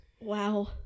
wow